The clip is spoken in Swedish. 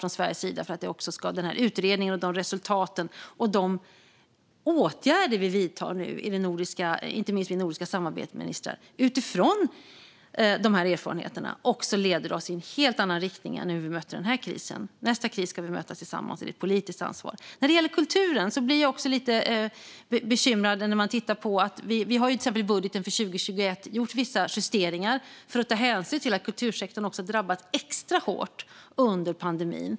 Från Sveriges sida får vi göra allt vi kan för att utredningen, resultaten och de åtgärder som nu vidtas utifrån dessa erfarenheter - vilket görs inte minst i det nordiska ministersamarbetet - ska leda oss i en helt annan riktning än den vi mötte den här krisen i. Nästa kris ska vi möta tillsammans; det är ett politiskt ansvar. När det gäller kulturen blir jag lite bekymrad. Vi har till exempel i budgeten för 2021 gjort vissa justeringar för att ta hänsyn till att kultursektorn också drabbats extra hårt under pandemin.